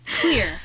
clear